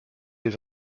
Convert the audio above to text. les